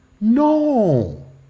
No